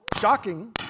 shocking